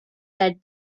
that